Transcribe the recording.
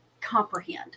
comprehend